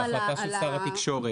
זאת החלטה של שר התקשורת